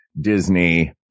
Disney